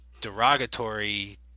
derogatory